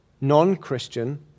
non-Christian